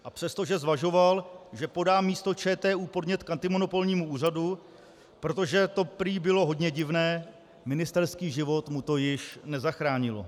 A přestože zvažoval, že podá místo ČTÚ podnět k antimonopolnímu úřadu, protože to prý bylo hodně divné, ministerský život mu to již nezachránilo.